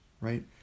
right